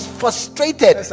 frustrated